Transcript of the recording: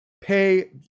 pay